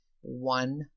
one